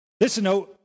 Listen